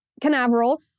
Canaveral